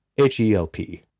h-e-l-p